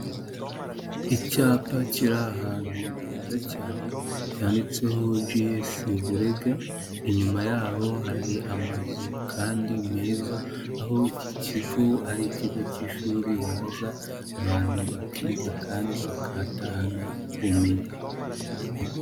Icyapa kiri ahantu heza cyane cyanditseho G.S Burega, inyuma yaho hari amazu kandi meza, aho iki kigo ari ikigo cy'ishuri baza abantu bakiga kandi bakahatahana ubumenyi.